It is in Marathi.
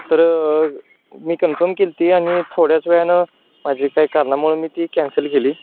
तर मी कन्फम केली होती आणि थोड्याच वेळानं माझी काही कारणामुळे मी ती कॅन्सल केली